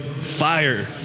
fire